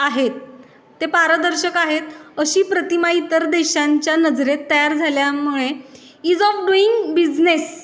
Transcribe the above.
आहेत ते पारदर्शक आहेत अशी प्रतिमा इतर देशांच्या नजरेत तयार झाल्यामुळे इज ऑफ डूईंग बिझनेस